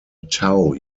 tow